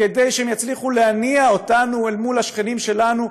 כדי שהם יצליחו להניע אותנו אל מול השכנים שלנו,